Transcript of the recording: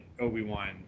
Obi-Wan